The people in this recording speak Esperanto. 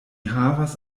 havas